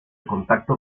contacto